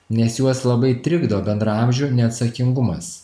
nes juos labai trikdo bendraamžių neatsakingumas